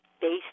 based